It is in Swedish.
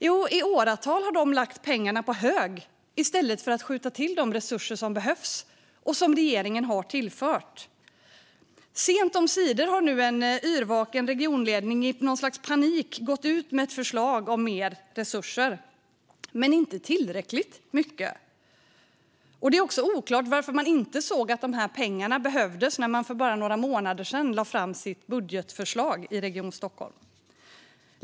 Jo, i åratal har man lagt pengarna på hög i stället för att skjuta till de resurser som behövs och som regeringen har tillfört. Sent omsider har nu en yrvaken regionledning i någon sorts panik gått ut med ett förslag om mer resurser, men inte tillräckligt mycket. Det är också oklart varför man inte såg att de här pengarna behövdes när man för bara några månader sedan lade fram sitt budgetförslag i Region Stockholm.